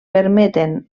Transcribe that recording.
permeten